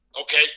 okay